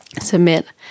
submit